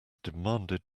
demanded